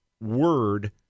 word